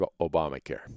Obamacare